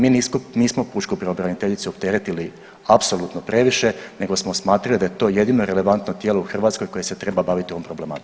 Mi nismo pučku pravobraniteljicu opteretili apsolutno previše nego smo smatrali da je to jedino relevantno tijelo u Hrvatskoj koje se treba baviti ovom problematikom.